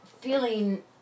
feeling